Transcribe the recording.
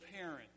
parent